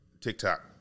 TikTok